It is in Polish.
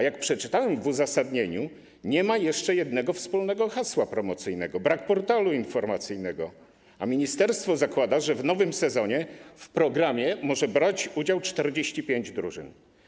Jak przeczytałem w uzasadnieniu, nie ma jeszcze jednego wspólnego hasła promocyjnego, brak portalu informacyjnego, a ministerstwo zakłada, że w nowym sezonie w programie może brać udział 45 drużyn.